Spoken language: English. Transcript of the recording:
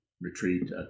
retreat